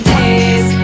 days